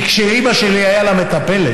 כי כשלאימא שלי הייתה מטפלת,